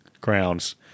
crowns